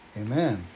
Amen